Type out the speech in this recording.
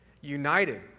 united